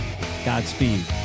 godspeed